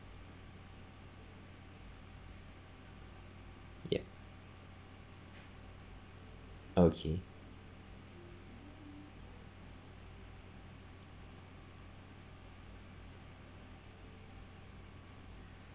yup okay